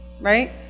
right